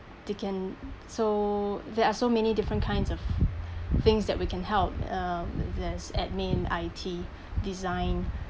they can so there are so many different kinds of things that we can help um there's admin I_T design